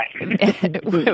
Right